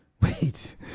Wait